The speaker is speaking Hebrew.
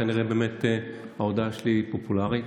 כנראה באמת ההודעה שלי פופולרית.